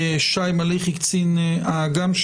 שאני מתכוון לחזור אחרי החג לסוגיה שעסקנו בה בעקבות